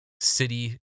city